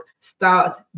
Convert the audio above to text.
Start